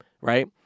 right